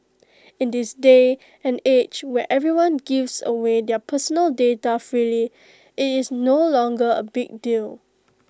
in this day and age where everyone gives away their personal data freely IT is no longer A big deal